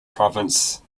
province